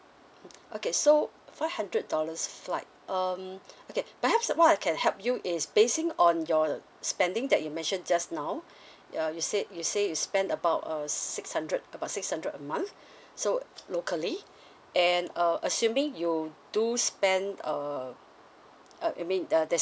mm okay so five hundred dollars flight um okay but I have some more I can help you is basing on your spending that you mentioned just now uh you said you say you spend about uh six hundred about six hundred a month so locally and uh assuming you do spend uh uh I mean there's